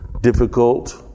difficult